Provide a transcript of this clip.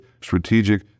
strategic